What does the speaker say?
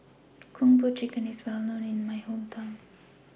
Kung Po Chicken IS Well known in My Hometown